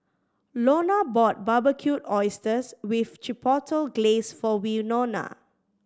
Launa bought Barbecued Oysters with Chipotle Glaze for Winona